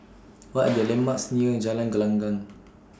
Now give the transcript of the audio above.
What Are The landmarks near Jalan Gelenggang